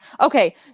Okay